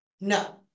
No